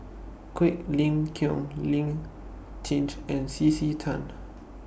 Quek Ling Kiong Lee Tjin and C C Tan